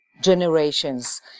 generations